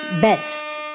Best